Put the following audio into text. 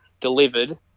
delivered